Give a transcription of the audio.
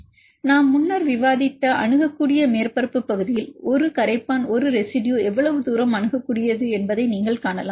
எனவே நாம் முன்னர் விவாதித்த அணுகக்கூடிய மேற்பரப்பு பகுதியில் ஒரு கரைப்பான் ஒரு ரெசிடுயு எவ்வளவு தூரம் அணுகக்கூடியது என்பதை நீங்கள் காணலாம்